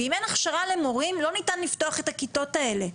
ואם אין הכשרה למורים לא ניתן לפתוח את הכיתות האלה.